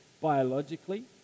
biologically